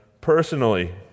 personally